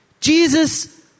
Jesus